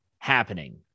happening